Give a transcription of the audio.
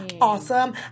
awesome